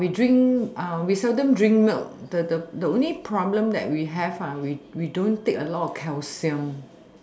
we drink we seldom drink milk the the the only problem that we have we we don't take a lot calcium